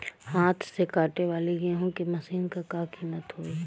हाथ से कांटेवाली गेहूँ के मशीन क का कीमत होई?